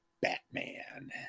Batman